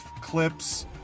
clips